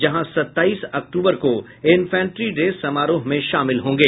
जहां सत्ताईस अक्टूबर को इन्फैंट्री डे समारोह में शामिल होंगे